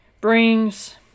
brings